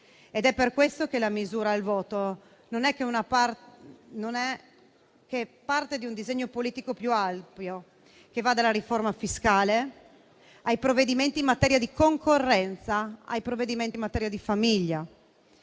È per questo che la misura al voto non è che una parte di un disegno politico più ampio, che va dalla riforma fiscale ai provvedimenti in materia di concorrenza, o in materia famiglia: